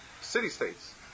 city-states